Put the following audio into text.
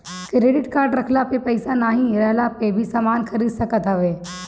credit card रखला पे पईसा नाइ रहला पअ भी समान खरीद सकत हवअ